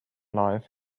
life